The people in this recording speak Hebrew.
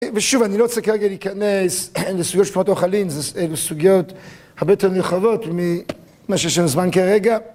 ושוב, אני לא רוצה כרגע להיכנס לסוגיות של שמות אוכלים, אלו סוגיות הרבה יותר מיוחדות ממה שיש לנו זמן כרגע.